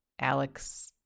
Alex